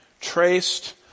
traced